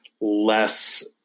less